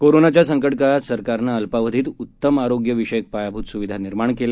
कोरोनाच्या संकटकाळात सरकारनं अल्पावधीत उत्तम आरोग्यविषयक पायाभूत सुविधा निर्माण केल्या